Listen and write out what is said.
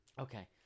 Okay